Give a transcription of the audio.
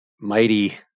mighty